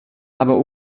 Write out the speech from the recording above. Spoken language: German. aber